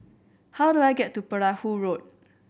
how do I get to Perahu Road